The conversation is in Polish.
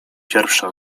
pierwsze